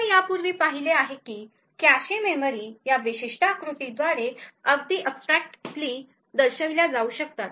आपण यापूर्वी पाहिले आहे की कॅशे मेमरी या विशिष्ट आकृतीद्वारे अगदी अमूर्तपणे दर्शविल्या जाऊ शकतात